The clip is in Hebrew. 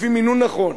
לפי מינון נכון,